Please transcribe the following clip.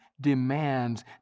demands